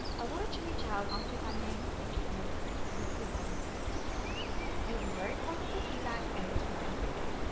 i wanted to reach out and ask if i may include you on my free weekly wellness newsletter. it has very positive feedback and it's growing quickly.